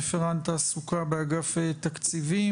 רפרנט תעסוקה באגף התקציבים.